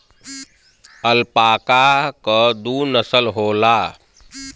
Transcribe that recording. alpaca क दू नसल होला